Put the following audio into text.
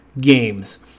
games